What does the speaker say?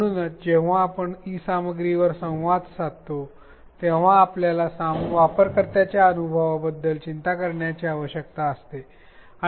म्हणूनच जेव्हा आपण ई सामग्रीवर संवाद साधतो तेव्हा आपल्याला वापरकर्त्यांच्या अनुभवाबद्दल चिंता करण्याची आवश्यकता असते